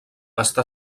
està